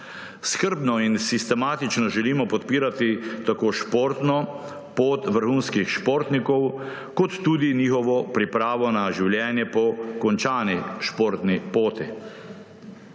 Skrbno in sistematično želimo podpirati tako športno pot vrhunskih športnikov kot tudi njihovo pripravo na življenje po končani športni poti.